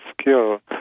skill